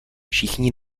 všichni